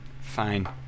Fine